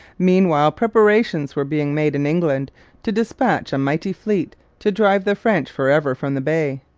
meanwhile preparations were being made in england to dispatch a mighty fleet to drive the french for ever from the bay.